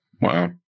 Wow